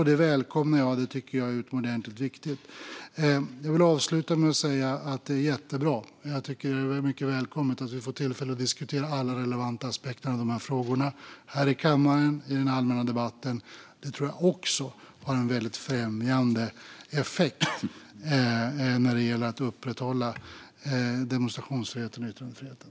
Detta välkomnar jag och tycker är utomordentligt viktigt. Jag vill avsluta med att säga att det är jättebra och välkommet att vi får tillfälle att diskutera alla relevanta aspekter av dessa frågor här i kammaren och i den allmänna debatten. Det tror jag har en främjande effekt när det gäller att upprätthålla demonstrationsfriheten och yttrandefriheten.